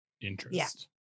interest